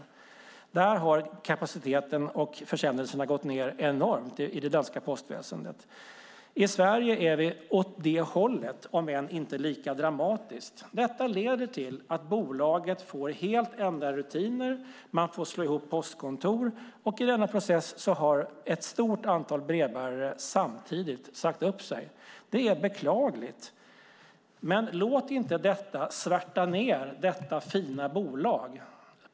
I det danska postväsendet har kapaciteten och försändelserna gått ned enormt. I Sverige är vi på väg åt det hållet, om än inte lika dramatiskt. Detta leder till att bolaget får helt andra rutiner. Man får slå ihop postkontor. Och i denna process har ett stort antal brevbärare samtidigt sagt upp sig. Det är beklagligt, men låt inte detta svärta ned detta fina bolag.